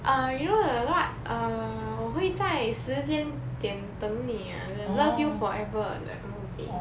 err you know the what err 我会在时间点等你 love you forever that movie